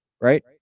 Right